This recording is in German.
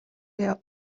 der